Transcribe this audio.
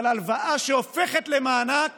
אבל הלוואה שהופכת למענק